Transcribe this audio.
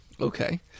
Okay